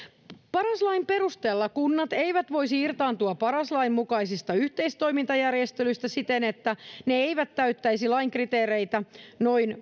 paras lain perusteella kunnat eivät voisi irtautua paras lain mukaisista yhteistoimintajärjestelyistä siten että ne eivät täyttäisi lain kriteereitä noin